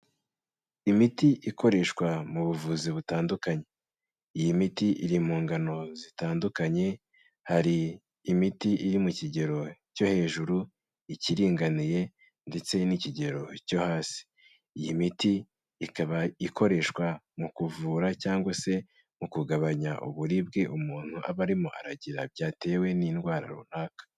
Imiti ikoreshwa mu buvuzi butandukanye. Iyi miti iri mu ngano zitandukanye, hari imiti iri mu kigero cyo hejuru, ikiringaniye ndetse n'ikigero cyo hasi. Iyi miti ikaba ikoreshwa mu kuvura cyangwa se mu kugabanya uburibwe umuntu aba arimo aragira byatewe n'indwara runaka.